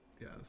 yes